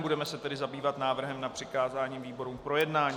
Budeme se tedy zabývat návrhem na přikázání výborům k projednání.